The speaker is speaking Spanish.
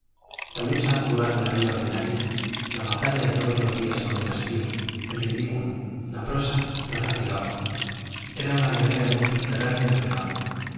la lucha vulgar de la vida ordinaria la batalla de todos los días con el hastío el ridículo la prosa la fatigaban era una guerra en un subterráneo entre fango